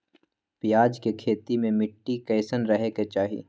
प्याज के खेती मे मिट्टी कैसन रहे के चाही?